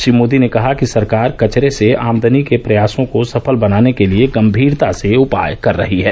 श्री मोदी ने कहा कि सरकार कचरे से आमदनी के प्रयासों को सफल बनाने के लिए गंभीरता से उपाय कर रही है